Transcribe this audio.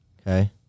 okay